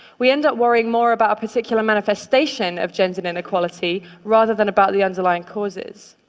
we end up worrying more about a particular manifestation of gender inequality, rather than about the underlying causes.